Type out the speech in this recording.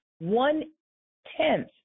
one-tenth